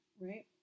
Right